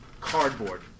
cardboard